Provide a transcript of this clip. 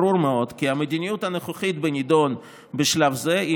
ברור מאוד כי המדיניות הנוכחית בנדון בשלב זה היא